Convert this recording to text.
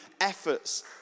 efforts